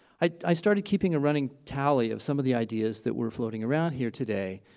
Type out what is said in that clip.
i started keeping a running tally of some of the ideas that were floating around here today.